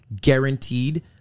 guaranteed